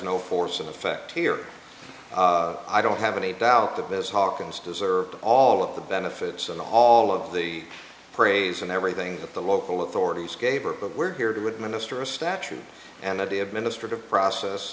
no force and effect here i don't have any doubt that this hawkins deserved all of the benefits and all of the praise and everything that the local authorities gave her but we're here to administer a statute and that the administrative process